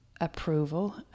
Approval